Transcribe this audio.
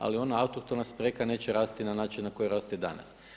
Ali ona autohtona smreka neće rasti na način na koji raste danas.